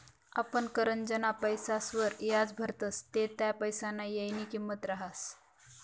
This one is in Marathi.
आपण करजंना पैसासवर याज भरतस ते त्या पैसासना येयनी किंमत रहास